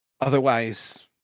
Otherwise